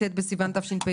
ט' בסיון התשפ"ב,